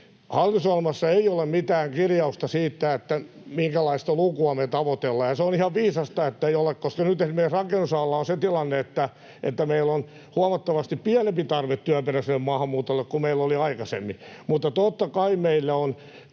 Hallitusohjelmassa ei ole mitään kirjausta siitä, minkälaista lukua me tavoittelemme, ja se on ihan viisasta, että ei ole, koska nyt esimerkiksi rakennusalalla on se tilanne, että meillä on huomattavasti pienempi tarve työperäiselle maahanmuutolle kuin meillä oli aikaisemmin. Mutta totta kai meillä on,